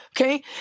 okay